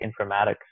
informatics